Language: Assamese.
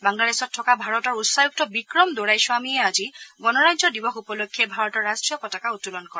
বাংলাদেশত থকা ভাৰতৰ উচ্চায়ুক্ত বিক্ৰম ডোৰাইস্বামীয়ে আজি গণৰাজ্য দিৱস উপলক্ষে ভাৰতৰ ৰাট্টীয় পতাকা উত্তোলন কৰে